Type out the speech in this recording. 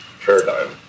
paradigm